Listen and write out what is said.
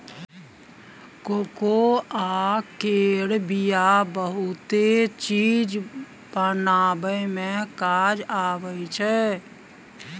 cocoa केर बिया बहुते चीज बनाबइ मे काज आबइ छै